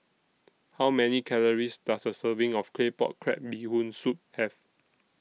How Many Calories Does A Serving of Claypot Crab Bee Hoon Soup Have